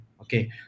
Okay